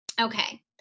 Okay